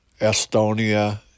Estonia